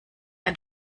ein